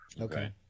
okay